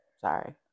sorry